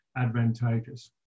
advantageous